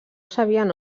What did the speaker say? sabien